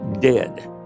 dead